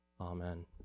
amen